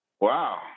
Wow